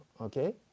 Okay